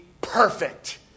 perfect